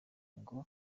ngo